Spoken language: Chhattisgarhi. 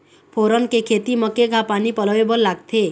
फोरन के खेती म केघा पानी पलोए बर लागथे?